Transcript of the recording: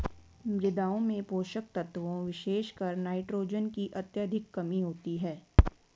मृदाओं में पोषक तत्वों विशेषकर नाइट्रोजन की अत्यधिक कमी होती है